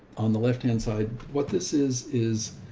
on the left hand side, what this is, is,